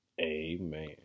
amen